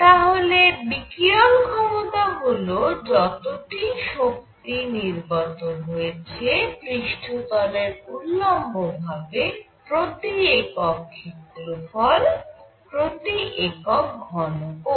তাহলে বিকিরণ ক্ষমতা হল যতটি শক্তি নির্গত হয়েছে পৃষ্ঠতলের উল্লম্ব ভাবে প্রতি একক ক্ষেত্রফল প্রতি একক ঘন কোণ